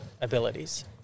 abilities